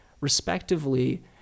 Respectively